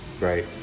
right